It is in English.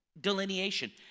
delineation